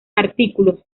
artículos